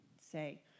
say